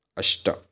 अष्ट